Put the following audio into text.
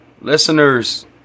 listeners